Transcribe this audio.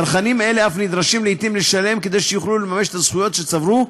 צרכנים אלה אף נדרשים לעתים לשלם כדי שיוכלו לממש את הזכויות שצברו,